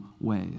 ways